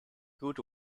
good